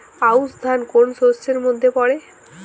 আউশ ধান কোন শস্যের মধ্যে পড়ে?